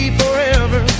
forever